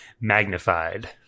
magnified